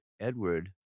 Edward